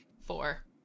Four